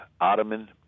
Ottoman